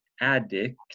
addict